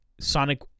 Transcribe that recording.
Sonic